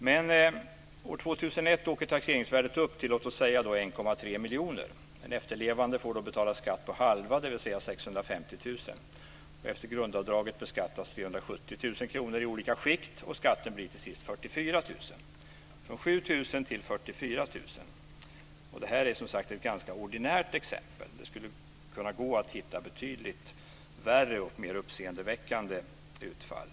Men år 2001 åker taxeringsvärdet upp till, låt oss säga, 1,3 miljoner. En efterlevande får då betala skatt på halva beloppet, dvs. 650 000. Efter grundavdraget beskattas 370 000 kr i olika skikt, och skatten blir till sist 44 000. Man går från 7 000 till 44 000. Det är som sagt ett ganska ordinärt exempel. Det skulle gå att hitta betydligt värre och mer uppseendeväckande utfall.